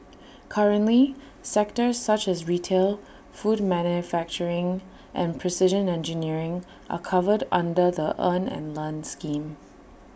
currently sectors such as retail food manufacturing and precision engineering are covered under the earn and learn scheme